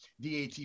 DAT